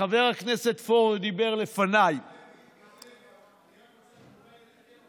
חבר הכנסת פורר דיבר לפניי, אני רק רוצה להסביר.